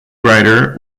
rider